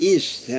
East